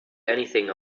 anything